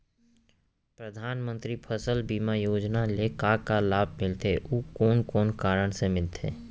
परधानमंतरी फसल बीमा योजना ले का का लाभ मिलथे अऊ कोन कोन कारण से मिलथे?